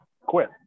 quit